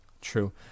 True